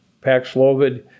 Paxlovid